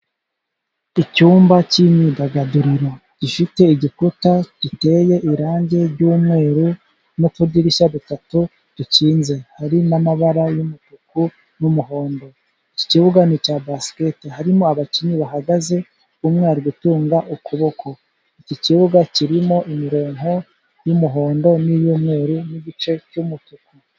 Icyumba cy'imyidagaduro gifite igikuta giteye irangi ry'umweru, n'utudirishya dutatu dukinze hari n'amabara y'umutuku n'umuhondo, iki kibuga ni icya basiketiboro harimo abakinnyi bahagaze, umwe ari gutunga ukuboko. Iki kibuga kirimo imirongo y'umuhondo, n'iy'umweru n'igice cy'umutuku.